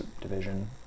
division